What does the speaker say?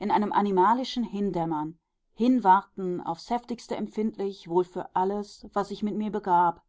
in einem animalischen hindämmern hinwarten aufs heftigste empfindlich wohl für alles was mit mir sich begab